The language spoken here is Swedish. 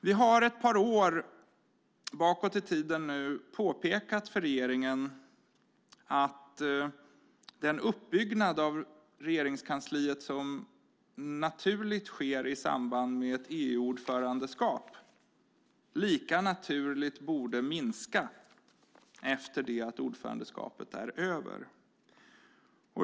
Vi har under ett par år bakåt i tiden påpekat för regeringen att den uppbyggnad av Regeringskansliet som naturligt sker i samband med ett EU-ordförandeskap lika naturligt borde minska efter det att ordförandeskapet är över.